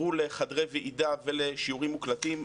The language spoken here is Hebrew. עברו לחדרי למידה ולשיעורים מוקלטים.